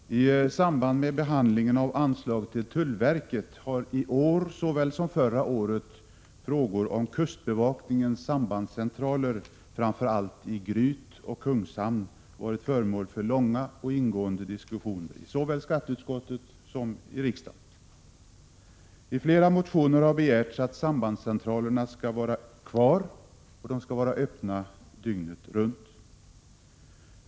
Fru talman! I samband med behandlingen av anslag till tullverket har såväl detta år som förra året frågor om kustbevakningens sambandscentraler i framför allt Gryt och Kungshamn varit föremål för långa och ingående diskussioner både i skatteutskottet och i riksdagen. I flera motioner har man begärt att sambandscentralerna skall vara kvar och att de skall vara öppna dygnet runt.